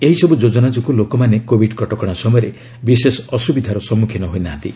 ଏହିସବୁ ଯୋଜନା ଯୋଗୁଁ ଲୋକମାନେ କୋଭିଡ୍ କଟକଣା ସମୟରେ ବିଶେଷ ଅସ୍ତ୍ରବିଧାର ସମ୍ମୁଖୀନ ହୋଇନାହାନ୍ତି